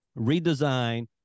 redesign